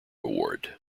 award